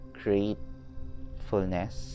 gratefulness